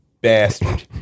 Bastard